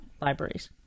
libraries